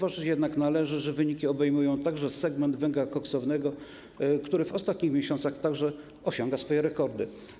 Zauważyć jednak należy, że wyniki obejmują także segment węgla koksowego, który w ostatnich miesiącach także osiąga swoje rekordy.